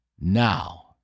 Now